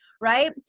right